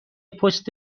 پست